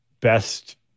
best